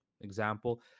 example